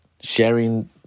sharing